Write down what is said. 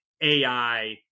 AI